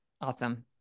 Awesome